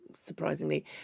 surprisingly